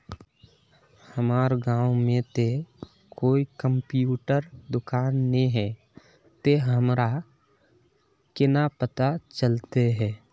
हमर गाँव में ते कोई कंप्यूटर दुकान ने है ते हमरा केना पता चलते है?